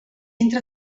entra